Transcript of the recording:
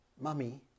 mummy